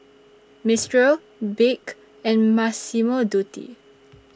Mistral Bic and Massimo Dutti